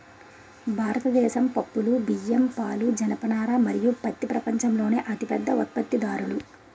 భారతదేశం పప్పులు, బియ్యం, పాలు, జనపనార మరియు పత్తి ప్రపంచంలోనే అతిపెద్ద ఉత్పత్తిదారులు